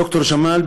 ד"ר ג'מאל,